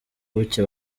buke